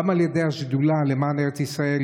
גם של השדולה למען ארץ ישראל,